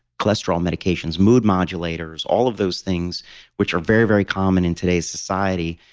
cholesterol medications, mood modulators? all of those things which are very, very common in today's society,